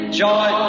joy